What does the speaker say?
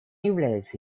является